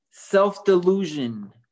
self-delusion